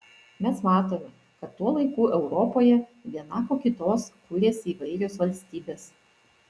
mes matome kad tuo laiku europoje viena po kitos kuriasi įvairios valstybės